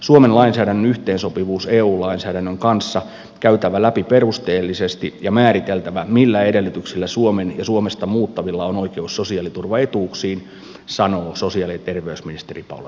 suomen lainsäädännön yhteensopivuus eu lainsäädännön kanssa käytävä läpi perusteellisesti ja määriteltävä millä edellytyksillä suomeen ja suomesta muuttavilla on oikeus sosiaaliturvaetuuksiin sanoo sosiaali ja terveysministeri paula risikko